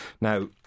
Now